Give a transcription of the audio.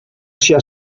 sia